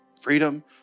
Freedom